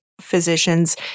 physicians